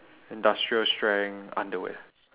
industrial strength underwear